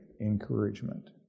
encouragement